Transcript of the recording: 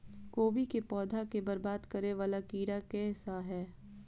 कोबी केँ पौधा केँ बरबाद करे वला कीड़ा केँ सा है?